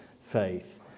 faith